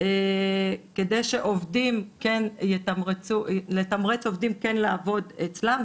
כדי לתמרץ עובדים כן לעבוד אצלם.